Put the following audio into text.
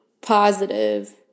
positive